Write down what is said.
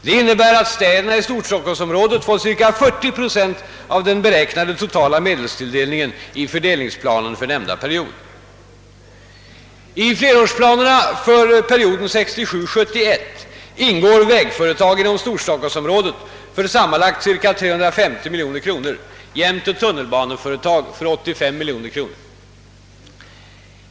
Detta innebär att städerna istorstockholmsområdet fått cirka 40 procent av den beräknade totala medelstilldelningen i fördelningsplanen för nämnda period. I flerårsplanerna för perioden 1967— 1971 ingår vägföretag inom storstockholmsområdet för sammanlagt cirka 350 milj.kr. jämte tunnelbaneföretag för 85 milj.kr.